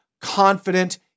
confident